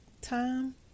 time